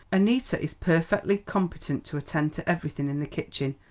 annita is perfectly competent to attend to everything in the kitchen,